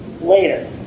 later